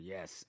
Yes